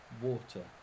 water